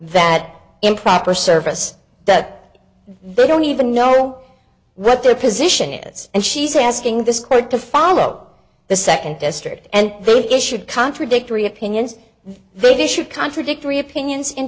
that improper service that they don't even know what their position is and she's asking this court to follow the second district and they've issued contradictory opinions they dish of contradictory opinions in